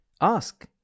Ask